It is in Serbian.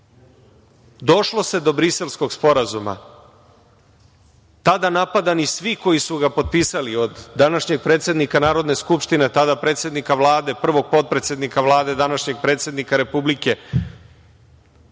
Došlo se do Briselskog sporazuma. Tada napadani svi koji su ga potpisali od današnjeg predsednika Narodne skupštine, tada predsednika Vlade, prvog potpredsednika Vlade, današnjeg predsednika Republike.